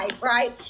right